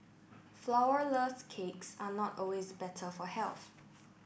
flourless cakes are not always better for health